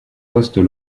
postes